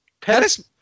Pettis